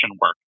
work